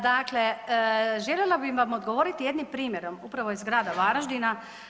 Dakle, željela bih vam odgovoriti jednim primjerom upravo iz Grada Varaždina.